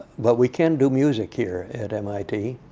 but we can do music here at mit,